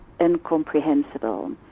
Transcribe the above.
incomprehensible